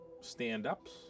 stand-ups